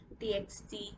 TXT